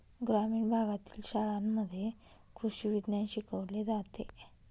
ग्रामीण भागातील शाळांमध्ये कृषी विज्ञान शिकवले जाते